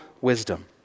wisdom